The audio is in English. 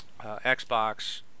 Xbox